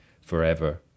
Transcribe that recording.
forever